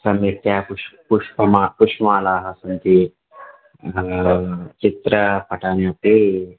सम्यक्तया पुष् पुष्पमा पुष्पमालाः सन्ति चित्रपटानि अपि